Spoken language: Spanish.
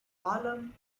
alan